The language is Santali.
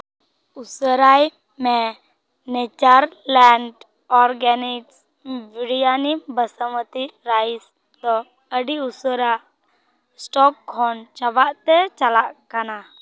ᱩᱥᱟᱹᱨᱟᱭ ᱢᱮ ᱱᱮᱪᱟᱨ ᱯᱞᱮᱱᱴ ᱚᱨᱜᱟᱱᱤᱠ ᱵᱨᱤᱭᱟᱣᱤ ᱵᱟᱥᱚᱢᱟᱛᱤ ᱨᱟᱭᱤᱥ ᱫᱚ ᱟᱹᱰᱤ ᱩᱥᱟᱹᱨᱟ ᱥᱴᱚᱠ ᱠᱷᱚᱱ ᱪᱟᱵᱟᱜ ᱛᱮ ᱪᱟᱞᱟᱜ ᱠᱟᱱᱟ